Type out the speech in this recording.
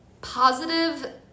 positive